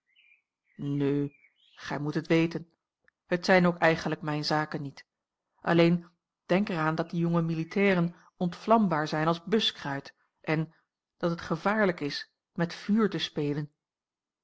nu gij moet het weten het zijn ook eigenlijk mijn zaken niet alleen denk er aan dat die jonge militairen ontvlambaar zijn als buskruit en dat het gevaarlijk is met vuur te spelen